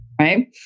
right